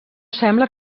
sembla